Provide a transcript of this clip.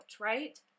right